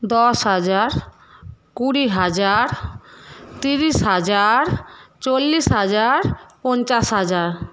দশ হাজার কুড়ি হাজার তিরিশ হাজার চল্লিশ হাজার পঞ্চাশ হাজার